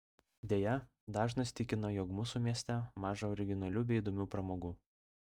deja dažnas tikina jog mūsų mieste maža originalių bei įdomių pramogų